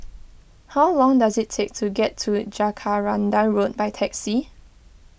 how long does it take to get to Jacaranda Road by taxi